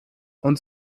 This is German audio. und